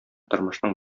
тормышның